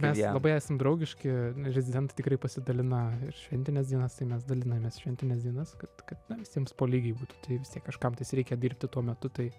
mes labai esam draugiški rezidentai tikrai pasidalina ir šventines dienas tai mes dalinamės šventines dienas kad kad visiems po lygiai būtų tai kažkam tais reikia dirbti tuo metu tai